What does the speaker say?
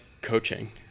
coaching